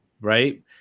right